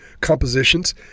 compositions